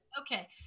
Okay